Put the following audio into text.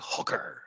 Hooker